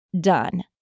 done